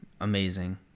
amazing